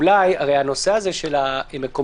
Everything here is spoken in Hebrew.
אולי הוא יהיה צר יותר, אולי ממוקד